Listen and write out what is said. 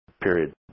period